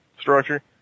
structure